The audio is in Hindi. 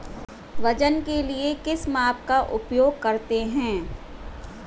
वजन के लिए किस माप का उपयोग करते हैं?